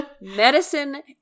medicine